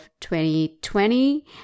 2020